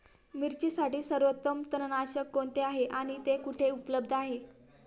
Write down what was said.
मिरचीसाठी सर्वोत्तम तणनाशक कोणते आहे आणि ते कुठे उपलब्ध आहे?